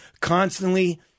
constantly